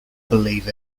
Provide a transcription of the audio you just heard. believe